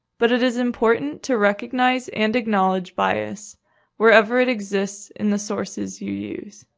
but it is important to recognize and acknowledge bias wherever it exists in the sources you use.